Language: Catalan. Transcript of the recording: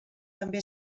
també